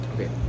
Okay